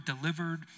delivered